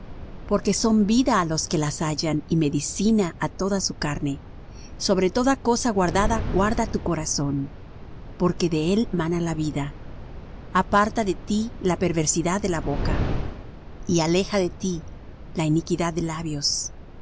porque son vida á los que las hallan y medicina á toda su carne sobre toda cosa guardada guarda tu corazón porque de él mana la vida aparta de ti la perversidad de la boca y aleja de ti la iniquidad de labios